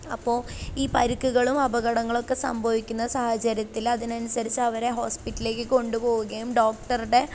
അപ്പോൾ ഈ പരിക്കുകളും അപകടങ്ങളൊക്കെ സംഭവിക്കുന്ന സാഹചര്യത്തിൽ അതിനനുസരിച്ച് അവരെ ഹോസ്പിറ്റലിലേക്കു കൊണ്ടു പോകുകയും ഡോക്ടറുടെ